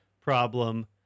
problem